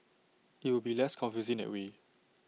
IT will be less confusing that way